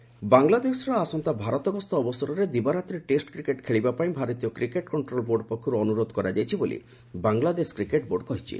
cricket ବାଂଲଦେଶର ଆସନ୍ତା ଭାରତ ଗସ୍ତ ଅବସରରେ ଦିବାରାତ୍ରି ଟେଷ୍ଟ୍ କ୍ରିକେଟ୍ ଖେଳିବା ପାଇଁ ଭାରତୀୟ କ୍ରିକେଟ୍ କକ୍ଷ୍ଟ୍ରୋଲ ବୋର୍ଡ ପକ୍ଷରୁ ଅନୁରୋଧ କରାଯାଇଛି ବୋଲି ବାଂଲାଦେଶ କ୍ରିକେଟ୍ ବୋର୍ଡ କହିଛି